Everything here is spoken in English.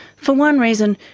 for one reason,